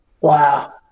Wow